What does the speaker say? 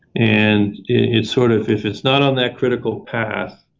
and it sort of if it's not on that critical path,